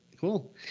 Cool